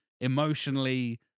emotionally